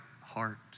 heart